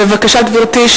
בבקשה, גברתי.